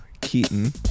Keaton